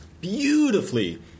beautifully